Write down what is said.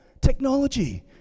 Technology